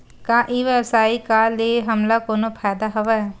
का ई व्यवसाय का ले हमला कोनो फ़ायदा हवय?